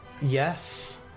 Yes